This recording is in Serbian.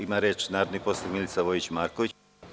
Ima reč narodni poslanik Milica Vojić Marković.